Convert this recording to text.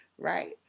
Right